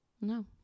No